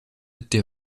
der